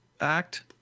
act